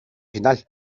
final